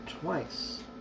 twice